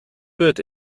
peut